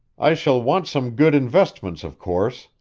i shall want some good investments, of course,